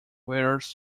wears